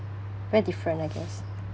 very different I guess